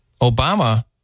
Obama